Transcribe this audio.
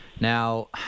Now